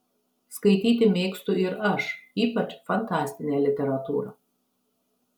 skaityti mėgstu ir aš ypač fantastinę literatūrą